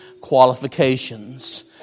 qualifications